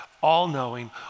all-knowing